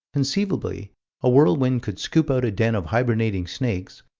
conceivably a whirlwind could scoop out a den of hibernating snakes,